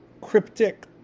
cryptic